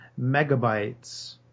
megabytes